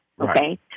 Okay